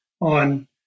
on